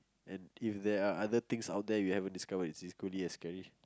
and if there are other things out there you haven't discovered it's equally as scary